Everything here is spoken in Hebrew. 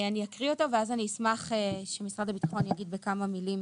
אני אקריא אותו ואז אני אשמח שמשרד הביטחון יאמר בכמה מילים